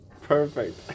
Perfect